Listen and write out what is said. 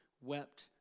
Wept